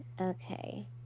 okay